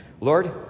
Lord